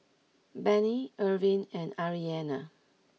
Benny Irvine and Arianna